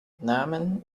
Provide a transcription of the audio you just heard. namen